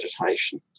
meditation